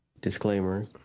Disclaimer